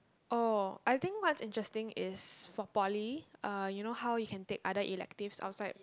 oh I think what's interesting is for Poly uh you know how you can take other electives outside